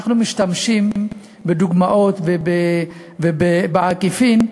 אנחנו משתמשים בדוגמאות ובעקיפין.